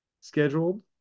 scheduled